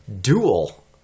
dual